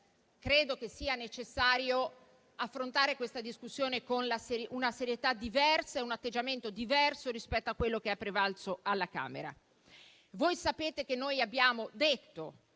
Credo sia necessario affrontare questa discussione con una serietà e un atteggiamento diversi rispetto a quello che è prevalso alla Camera. Voi sapete che noi abbiamo detto,